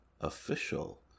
official